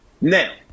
Now